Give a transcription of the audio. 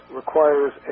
requires